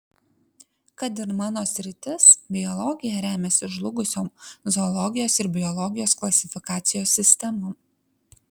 kad ir mano sritis biologija remiasi žlugusiom zoologijos ir biologijos klasifikacijos sistemom